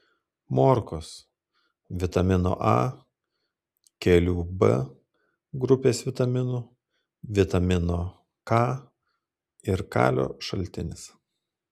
morkos vitamino a kelių b grupės vitaminų vitamino k ir kalio šaltinis